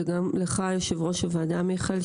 וגם לך יו"ר הוועדה מיכאל,